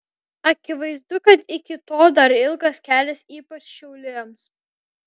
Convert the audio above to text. akivaizdu kad iki to dar ilgas kelias ypač šiauliams